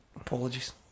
apologies